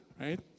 right